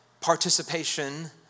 participation